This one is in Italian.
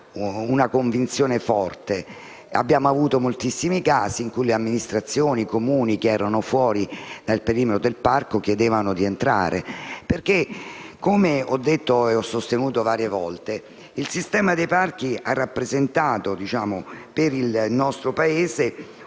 convinzione: abbiamo avuto moltissimi casi in cui amministrazioni e Comuni che erano esclusi dal perimetro del parco chiedevano di entrarvi. Infatti, come ho sostenuto varie volte, il sistema dei parchi ha rappresentato per il nostro Paese un motore